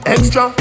Extra